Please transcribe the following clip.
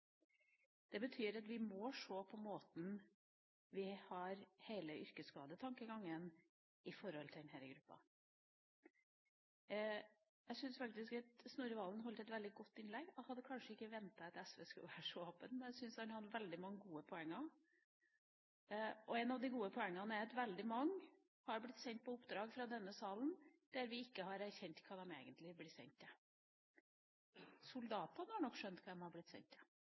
Det betyr at vi må se på hele yrkesskadetankegangen i forhold til denne gruppa. Jeg syns at Snorre Serigstad Valen holdt et veldig godt innlegg. Jeg hadde kanskje ikke ventet at SV skulle være så åpen, men jeg syns han hadde veldig mange, gode poenger. Et av de gode poengene er at veldig mange har blitt sendt på oppdrag fra denne salen uten at vi har erkjent hva de egentlig blir sendt til. Soldatene har nok skjønt hva de har blitt sendt til. Sist jeg